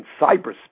cyberspace